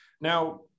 Now